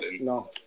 No